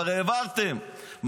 כבר העברתם,